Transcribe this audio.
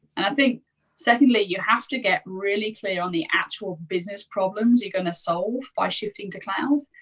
and i think secondly you have to get really clear on the actual business problems you're gonna solve by shifting to cloud.